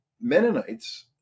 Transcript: Mennonites